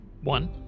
One